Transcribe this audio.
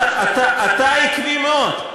אתה עקבי מאוד.